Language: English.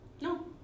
no